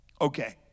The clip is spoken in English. Okay